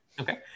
Okay